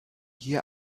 hier